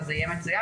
אז זה יהיה מצוין.